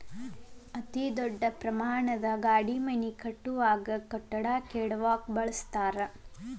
ಅತೇ ದೊಡ್ಡ ಪ್ರಮಾಣದ ಗಾಡಿ ಮನಿ ಕಟ್ಟುವಾಗ, ಕಟ್ಟಡಾ ಕೆಡವಾಕ ಬಳಸತಾರ